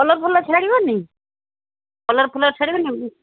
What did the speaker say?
colour ଫଲର୍ ଛାଡ଼ିବନି କଲର୍ ଫଲର୍ ଛାଡ଼ିବନି